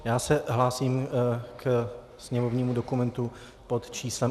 Já se hlásím ke sněmovnímu dokumentu pod číslem 1858.